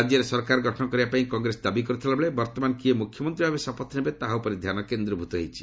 ରାଜ୍ୟରେ ସରକାର ଗଠନ କରିବା ପାଇଁ କଂଗ୍ରେସ ଦାବୀ କରିଥିବାବେଳେ ବର୍ତ୍ତମାନ କିଏ ମୁଖ୍ୟମନ୍ତ୍ରୀ ଭାବେ ଶପଥ ନେବେ ତାହା ଉପରେ ଧ୍ୟାନ କେନ୍ଦ୍ରୀଭୂତ ହୋଇଛି